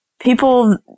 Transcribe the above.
people